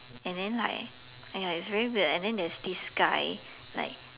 and then like !aiya! it's very weird and then there's this guy like